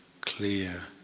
clear